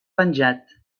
penjat